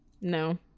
no